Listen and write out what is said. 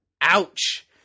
Ouch